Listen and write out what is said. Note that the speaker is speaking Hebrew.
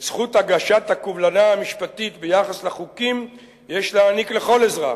את זכות הגשת הקובלנה המשפטית ביחס לחוקים יש להעניק לכל אזרח,